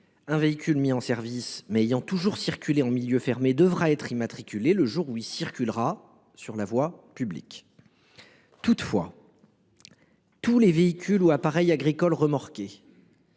Un véhicule mis en service, mais ayant toujours circulé en milieu fermé, devra être immatriculé le jour où il circulera sur la voie publique. Toutefois, les véhicules ou appareils agricoles remorqués